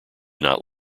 not